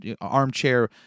armchair